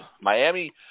Miami